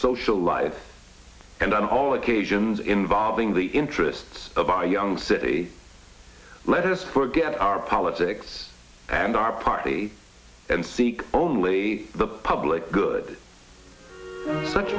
social life and on all occasions involving the interests of our young city let us forget our politics and are party and seek only the public good such